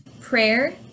prayer